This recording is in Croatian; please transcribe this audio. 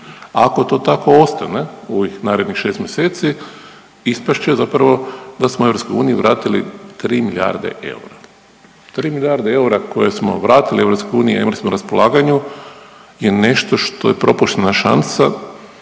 Ako to tako ostane u ovih narednih 6 mjeseci ispast će zapravo da smo Europskoj uniji vratili 3 milijarde eura, 3 milijarde eura koje smo vratili Europskoj uniji, a imali smo na raspolaganju je nešto što je propuštena šansa